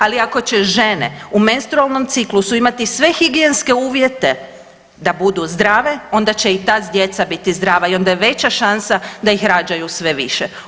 Ali ako će žene u menstrualnom ciklusu imati sve higijenske uvjete da budu zdrave, onda će i ta djeca biti zdrava i onda je veća šansa da ih rađaju sve više.